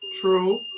true